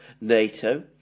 NATO